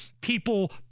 people